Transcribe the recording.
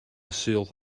sul